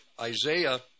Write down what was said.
Isaiah